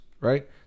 right